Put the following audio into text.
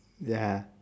ya